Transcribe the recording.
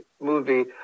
movie